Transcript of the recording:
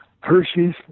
Hershey's